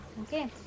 Okay